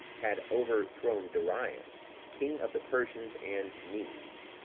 had overthrown darius, king of the persians and medes